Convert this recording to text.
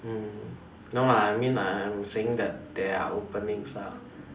mm no lah I mean I'm saying that there are openings lah